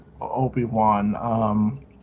Obi-Wan